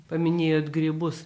paminėjot grybus